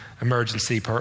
emergency